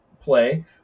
play